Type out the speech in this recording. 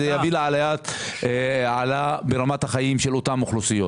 זה מה שיעלה את רמת החיים של אותן אוכלוסיות.